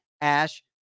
Ash